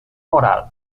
moral